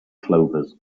clovers